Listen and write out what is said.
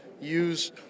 use